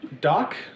Doc